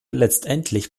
letztendlich